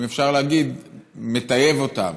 אם אפשר להגיד, מטייב אותם.